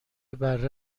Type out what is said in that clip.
بره